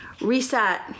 reset